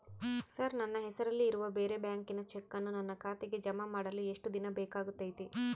Sir ನನ್ನ ಹೆಸರಲ್ಲಿ ಇರುವ ಬೇರೆ ಬ್ಯಾಂಕಿನ ಚೆಕ್ಕನ್ನು ನನ್ನ ಖಾತೆಗೆ ಜಮಾ ಮಾಡಲು ಎಷ್ಟು ದಿನ ಬೇಕಾಗುತೈತಿ?